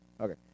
okay